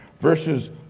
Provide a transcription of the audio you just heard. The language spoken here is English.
verses